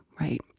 right